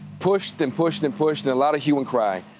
pushed and pushed and pushed, and a lotta hew and cry.